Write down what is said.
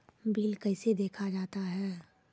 Bill कैसे देखा जाता हैं?